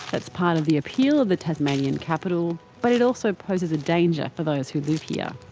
it's part of the appeal of the tasmanian capital. but it also poses a danger for those who live here.